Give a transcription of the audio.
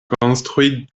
konstrui